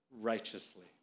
Righteously